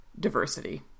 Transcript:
diversity